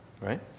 right